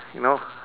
you know